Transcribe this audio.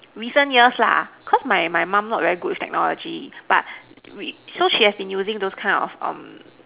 recent years lah cause my my mum not very good with technology but so she has been using those kind of um